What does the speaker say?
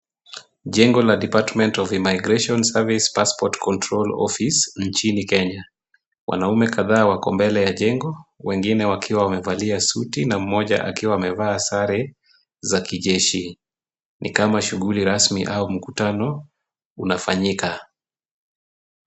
Jengo la Department of Immigration Service Passport Control Office nchini Kenya. Wanaume kadhaa wako mbele ya jengo, wengine wakiwa wamevalia suti na mmoja akiwa amevaa sare za kijeshi. Ni kama shughuli rasmi au mkutano, unafanyika.